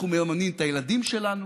אנחנו מממנים את הילדים שלנו,